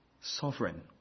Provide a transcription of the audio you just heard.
sovereign